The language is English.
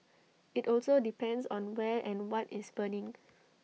IT also depends on where and what is burning